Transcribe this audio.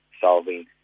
solving